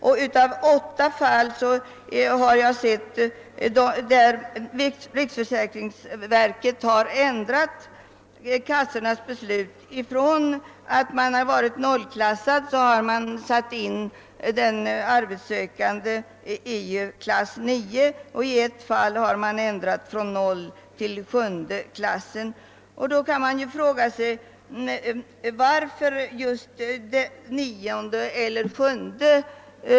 I åtta fall har riksförsäkringsverket ändrat kassornas beslut och satt in en nollklassad arbetssökande i klass 9, och i ett fall har man ändrat från klass 0 till klass 7.